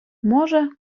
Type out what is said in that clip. може